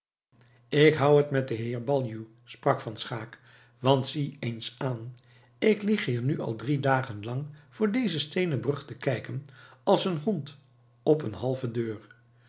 ik houd het met den heer baljuw sprak van schaeck want zie eens aan ik lig hier nu al drie dagen lang voor dezen steenen brug te kijken als een hond op eene halve deur